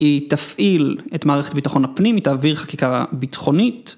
‫היא תפעיל את מערכת ביטחון הפנים, ‫היא תעביר חקיקה ביטחונית.